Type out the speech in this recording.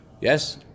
Yes